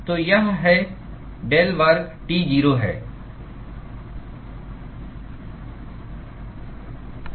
तो यह है डेल वर्ग टी 0 है